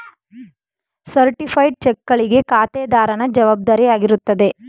certified ಚೆಕ್ಗಳಿಗೆ ಖಾತೆದಾರನ ಜವಾಬ್ದಾರಿಯಾಗಿರುತ್ತದೆ